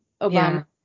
Obama